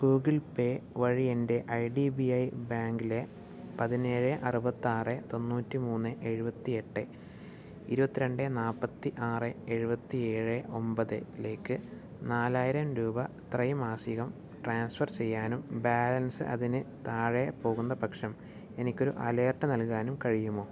Google Pay വഴി എന്റെ I D B I ബാങ്കിലെ പതിനേഴ് അറുപത്താറ് തൊണ്ണൂറ്റി മൂന്ന് എഴുപത്തിയെട്ട് ഇരുപത്തി രണ്ട് നാൽപ്പത്തി ആറ് എഴുപത്തിയേഴ് ഒമ്പത് ലേക്ക് നാലായിരം രൂപ ഇത്രയും മാസികം ട്രാൻഫർ ചെയ്യാനും ബാലൻസ് അതിന് താഴെ പോകുന്ന പക്ഷം എനിക്ക് ഒര് അലേർട്ട് നൽകാനും കഴിയുമോ